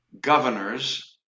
governors